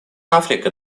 африка